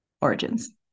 origins